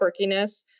quirkiness